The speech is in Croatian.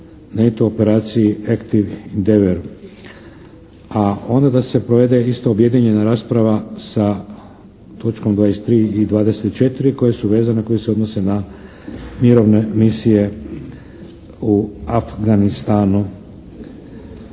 u NATO operaciji "Active Endeavour" Onda da se provede isto objedinjena rasprava sa točkom 23. i 24. koje su vezane, koje se odnose na mirovne misije u Afganistanu.